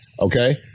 okay